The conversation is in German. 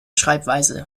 schreibweise